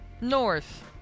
north